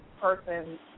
person